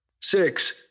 Six